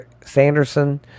Sanderson